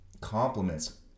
compliments